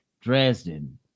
Dresden